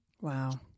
Wow